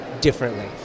differently